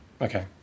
Okay